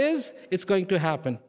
is it's going to happen